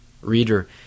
Reader